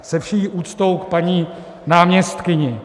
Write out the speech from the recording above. Se vší úctou k paní náměstkyni.